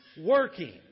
working